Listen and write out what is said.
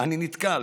אני נתקל